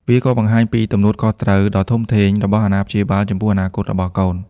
វាក៏បង្ហាញពីទំនួលខុសត្រូវដ៏ធំធេងរបស់អាណាព្យាបាលចំពោះអនាគតរបស់កូន។